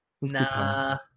nah